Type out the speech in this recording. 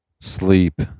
sleep